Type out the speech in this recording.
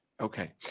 okay